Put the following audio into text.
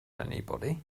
anybody